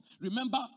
Remember